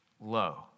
low